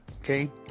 Okay